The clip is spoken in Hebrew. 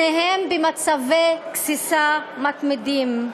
שניהם במצבי גסיסה מתמידים.